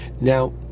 Now